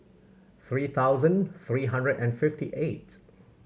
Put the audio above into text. three thousand three hundred and fifty eight